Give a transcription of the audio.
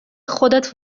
خودت